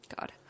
God